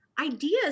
ideas